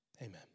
amen